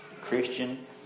Christian